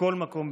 מכל מקום,